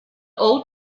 old